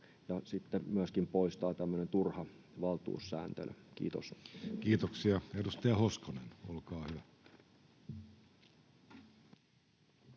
sitten myöskin poistaa tämmöinen turha valtuussääntely. — Kiitos. Kiitoksia. — Edustaja Hoskonen, olkaa hyvä.